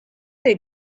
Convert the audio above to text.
they